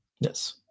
Yes